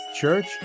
Church